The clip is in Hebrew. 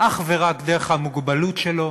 אך ורק דרך המוגבלות שלו